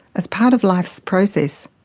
as part of life's process,